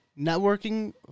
networking